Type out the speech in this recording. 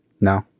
No